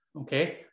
Okay